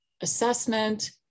assessment